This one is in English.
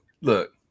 Look